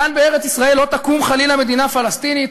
כאן בארץ-ישראל לא תקום חלילה מדינה פלסטינית,